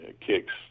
kicks